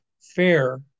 Fair